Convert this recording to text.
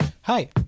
Hi